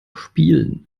spielen